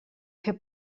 fer